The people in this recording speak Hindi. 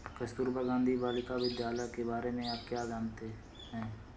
कस्तूरबा गांधी बालिका विद्यालय के बारे में आप क्या जानते हैं?